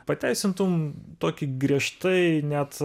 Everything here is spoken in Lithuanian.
pateisintum tokį griežtai net